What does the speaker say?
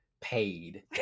paid